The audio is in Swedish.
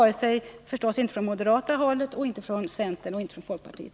Det är förstås inte moderaterna beredda att göra, men inte heller centern och folkpartiet.